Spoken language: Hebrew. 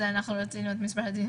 תעזבו את החוק הזה,